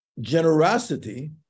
generosity